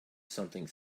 something